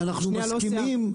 ואנחנו לא מסכימים,